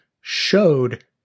showed